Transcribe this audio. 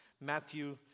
Matthew